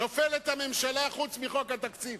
נופלת ממשלה חוץ מחוק התקציב?